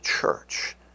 church